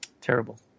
Terrible